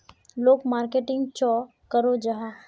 लोग मार्केटिंग चाँ करो जाहा?